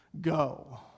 go